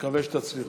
נקווה שתצליחו.